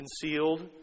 Concealed